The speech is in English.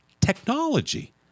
technology